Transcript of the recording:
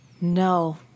No